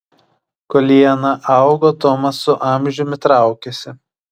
kol liana augo tomas su amžiumi traukėsi